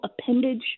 appendage